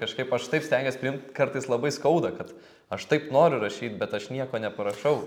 kažkaip aš taip stengiuos priimt kartais labai skauda kad aš taip noriu rašyt bet aš nieko neparašau